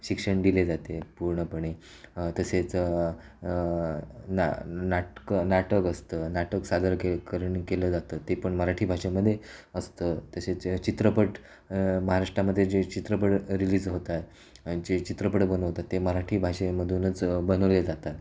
शिक्षण दिले जाते पूर्णपणे तसेच ना नाटकं नाटक असतं नाटक सादर के करण केलं जातं ते पण मराठी भाषेमध्ये असतं तसेच चित्रपट महाराष्ट्रामध्ये जे चित्रपट रिलीज होतात जे चित्रपट बनवतात ते मराठी भाषेमधूनच बनवले जातात